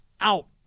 out